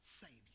Savior